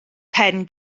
pen